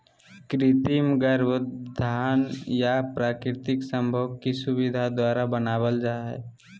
कृत्रिम गर्भाधान या प्राकृतिक संभोग की सुविधा द्वारा बनाबल जा हइ